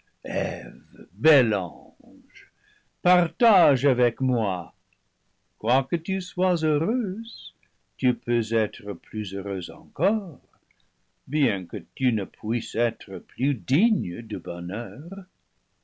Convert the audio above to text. bel ange partage avec moi quoique tu sois heu reuse tu peux être plus heureuse encore bien que tu ne puisses être plus digne du bonheur